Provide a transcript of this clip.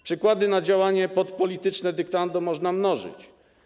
Przykłady działania pod polityczne dyktando można mnożyć.